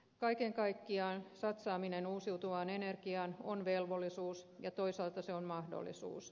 kaiken kaikkiaan satsaaminen uusiutuvaan energiaan on velvollisuus ja toisaalta se on mahdollisuus